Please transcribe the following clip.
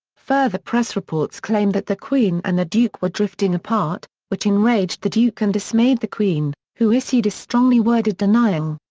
further press reports claimed that the queen and the duke were drifting apart, which enraged the duke and dismayed the queen, who issued a strongly worded denial.